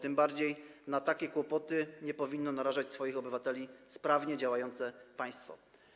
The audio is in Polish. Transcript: Tym bardziej na takie kłopoty nie powinno narażać swoich obywateli sprawnie działające państwo.